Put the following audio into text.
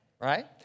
right